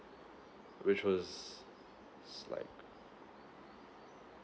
which was like